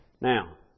Now